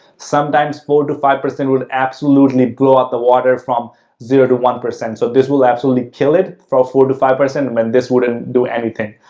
sometimes four to five percent will absolutely blow up the water from zero to one. so, this will absolutely kill it for four to five percent when this wouldn't do anything.